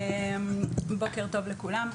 בוקר טוב לכולם.